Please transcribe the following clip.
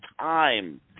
time